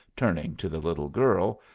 turning to the little girl,